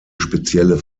spezielle